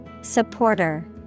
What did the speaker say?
Supporter